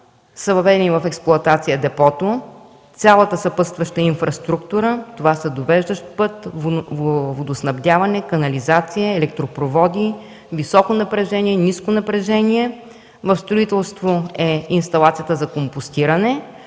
са въведени депото, цялата съпътстваща инфраструктура – довеждащ път, водоснабдяване, канализация, електропроводи, високо напрежение, ниско напрежение. В строителство е инсталацията на компостиране,